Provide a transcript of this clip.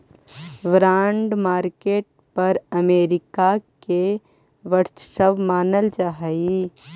bond market पर America के वर्चस्व मानल जा हइ